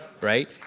right